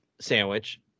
sandwich